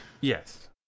Yes